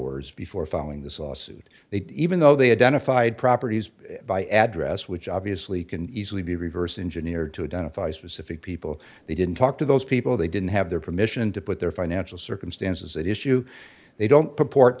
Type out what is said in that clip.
borrowers before filing this lawsuit they even though they identified properties by address which obviously can easily be reverse engineered to identify specific people they didn't talk to those people they didn't have their permission to put their financial circumstances that issue they don't purport